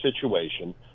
situation